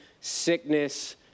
sickness